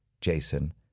Jason